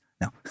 No